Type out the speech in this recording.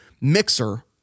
mixer